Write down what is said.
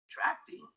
attracting